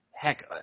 Heck